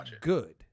good